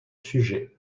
sujet